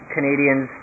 Canadians